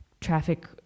traffic